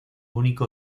único